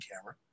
camera